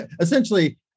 essentially